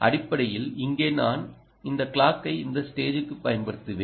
அடிப்படையில் இங்கே நான் இந்த கிளாக்கை இந்த ஸ்டேஜுக்குப் பயன்படுத்தினேன்